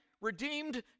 redeemed